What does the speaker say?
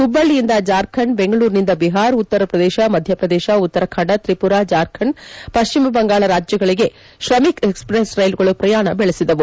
ಹುಬ್ಬಳ್ಳಿಯಿಂದ ಜಾರ್ಖಂಡ್ ಬೆಂಗಳೂರಿನಿಂದ ಬಿಹಾರ್ ಉತ್ತರ ಪ್ರದೇಶ ಮಧ್ಯಪ್ರದೇಶ ಉತ್ತರಾಖಂಡ ತ್ರಿಪುರ ಜಾರ್ಖಂಡ್ ಪಶ್ಚಿಮ ಬಂಗಾಳ ರಾಜ್ಯಗಳಿಗೆ ಶ್ರಮಿಕ್ ಎಕ್ಸ್ಪ್ರೆಸ್ ರೈಲುಗಳು ಪ್ರಯಾಣ ಬೆಳೆಸಿದವು